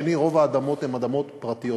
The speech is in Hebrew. הדבר השני, רוב האדמות הן אדמות פרטיות.